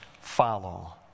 follow